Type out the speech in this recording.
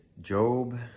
Job